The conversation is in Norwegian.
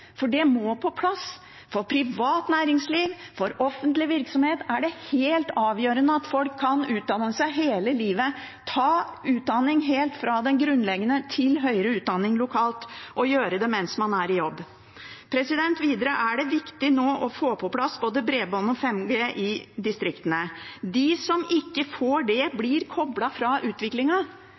for det må på plass. For privat næringsliv og for offentlig virksomhet er det helt avgjørende at folk kan utdanne seg hele livet, ta utdanning, helt fra det grunnleggende og til høyere utdanning lokalt, og gjøre det mens man er i jobb. Videre er det viktig nå å få på plass både bredbånd og 5G i distriktene. De som ikke får det, blir koblet fra